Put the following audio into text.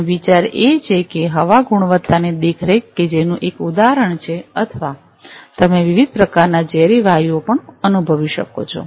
અને વિચાર એ છે કે હવા ગુણવત્તાની દેખરેખ કે જેનું એક ઉદાહરણ છે અથવા તમે વિવિધ પ્રકારના ઝેરી વાયુઓ પણ અનુભવી શકો છો